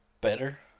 better